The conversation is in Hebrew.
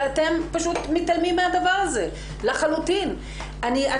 ואתם פשוט מתעלמים לחלוטין מהדבר הזה.